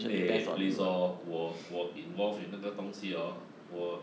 eh please lor 我我 involved in 那个东西 orh 我